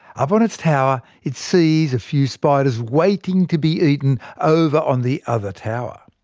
up on its tower, it sees a few spiders waiting to be eaten over on the other tower.